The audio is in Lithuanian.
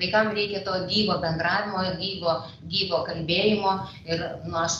tai kam reikia to gyvo bendravimo gyvo gyvo kalbėjimo ir nu aš